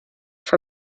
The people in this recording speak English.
for